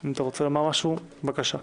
אם אתה רוצה לומר משהו, בבקשה.